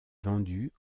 vendues